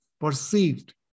perceived